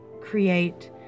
create